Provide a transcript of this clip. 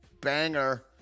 banger